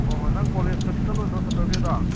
ꯍꯣꯏ ꯍꯣꯏ ꯅꯪ ꯀꯣꯂꯦꯖꯀꯗꯤ ꯆꯠꯂꯣꯏꯗ꯭ꯔꯣ ꯁꯇꯔꯗꯦꯗ